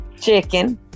chicken